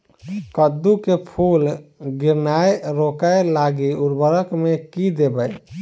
कद्दू मे फूल गिरनाय रोकय लागि उर्वरक मे की देबै?